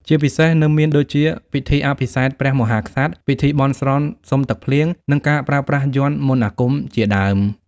ជាពិសេសនៅមានដូចជា ពិធីអភិសេកព្រះមហាក្សត្រ ពិធីបន់ស្រន់សុំទឹកភ្លៀង និងការប្រើប្រាស់យ័ន្តមន្តអាគមជាដើម